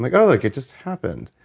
like, oh. like it just happened.